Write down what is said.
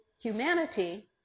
humanity